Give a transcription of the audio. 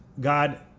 God